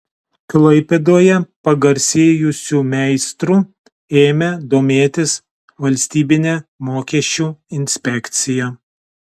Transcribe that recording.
klaipėdoje pagarsėjusiu meistru ėmė domėtis valstybinė mokesčių inspekcija